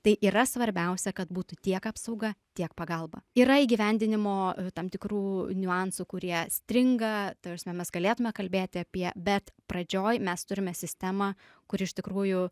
tai yra svarbiausia kad būtų tiek apsauga tiek pagalba yra įgyvendinimo tam tikrų niuansų kurie stringa ta prasme mes galėtume kalbėti apie bet pradžioj mes turime sistemą kur iš tikrųjų